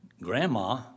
Grandma